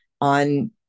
on